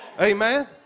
Amen